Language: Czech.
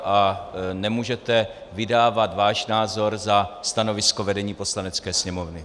A nemůžete vydávat váš názor za stanovisko vedení Poslanecké sněmovny.